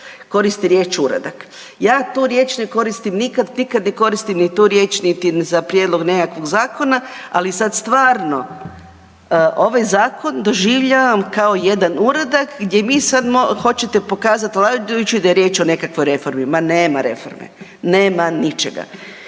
Koristi riječ uradak. Ja tu riječ ne koristim nikad, nikad ne koristim ni tu riječ niti za prijedlog nekakvog zakona, ali sad stvarno doživljavam kao jedan uradak gdje mi sad, hoćete pokazati vladajući da je riječ o nekakvoj reformi. Ma nema reforme, nema ničega.